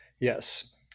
Yes